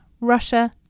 Russia